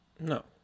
no